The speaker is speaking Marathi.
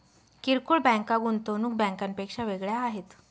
किरकोळ बँका गुंतवणूक बँकांपेक्षा वेगळ्या आहेत